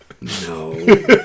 No